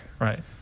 Right